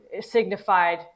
signified